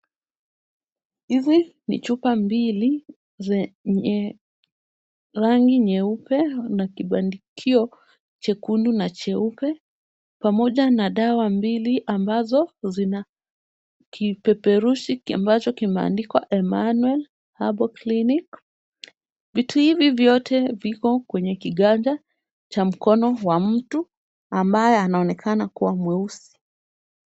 Hizi ni chupa mbili zenye rangi nyeupe na kibandikio chekundu na cheupe pamoja na dawa mbili ambazo zina kipeperushi ambacho kimeandikwa Immanuel herbal clinic . Vitu hivi vyote viko kwenye kiganja cha mkono wa mtu ambaye anaonekana kuwa mweusi.